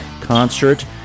Concert